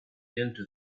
into